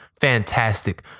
fantastic